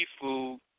food